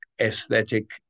aesthetic